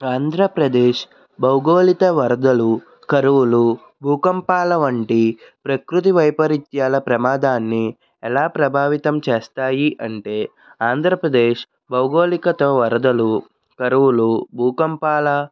ఆంధ్రప్రదేశ్ భౌగోళిత వరదలు కరువులు భూకంపాల వంటి ప్రకృతి వైపరీత్యాల ప్రమాదాన్ని ఎలా ప్రభావితం చేస్తాయి అంటే ఆంధ్రప్రదేశ్ భౌగోళికతో వరదలు కరువులు భూకంపాల